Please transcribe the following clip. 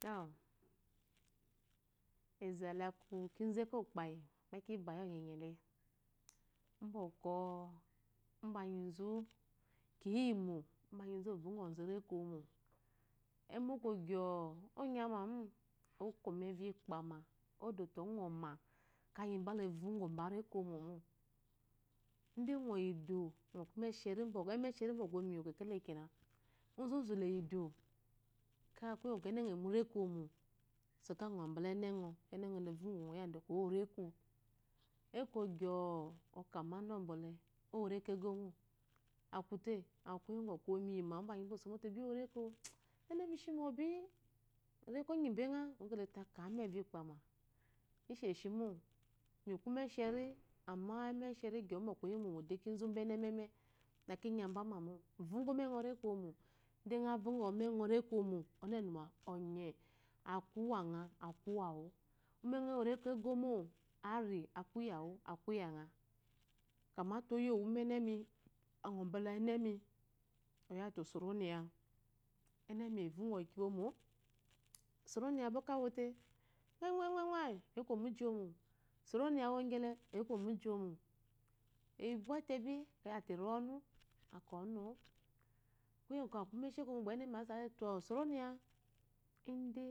E ézá ɛlɛ a kú kizú eko kpáyi gbá ki báyi ɔye lé mbo okɔ umba ányizun ovono zu reko iwomo emoko gyó ɔya mamo okomu evye kpamá odóte ɔŋma ka anyimbá la voŋɔ mba réko iwómó mó indé ŋɔyidú ŋɔ kú úmé shérí ɔzozú lé yiidú ka kuye ngu eneŋɔ so ka ŋɔma ubálɛ ɛnɛ ŋɔ kalá voŋo reko iwomo éko gyo ɔka nbánu ɔmbɔlé oworeko egomo akute aku kuye nku bɔkɔ óyimimo nbányi nbá ɔsombóté bó worekó ɛnɛ shimébi rekó ngi mbéŋa ongete aka nba evye ikpama ishehimo miku umeheri ama emɛsherigyo nba oyeyimiwomo k ki ene nya mba mamó voŋɔ eneŋɔ rékó iwomó índe ŋo vongɔ umɛ ŋɔ reko iwomo ɔnu ɔnuwa ɔnye akuwa ŋaaku uwáwú ume ŋɔ éwó réko egomo arí aku ya ŋ akú yawú kamaté oyé uwú menemi oyawute osoronya enemi avongɔ kiya iwomo ospronya bo ka wote bwé tebí akɛyi azote were mbanú aka mba ɔnu ó